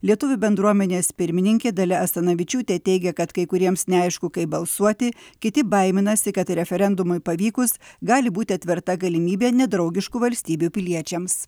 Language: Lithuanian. lietuvių bendruomenės pirmininkė dalia asanavičiūtė teigia kad kai kuriems neaišku kaip balsuoti kiti baiminasi kad referendumui pavykus gali būti atverta galimybė nedraugiškų valstybių piliečiams